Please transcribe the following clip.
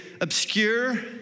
obscure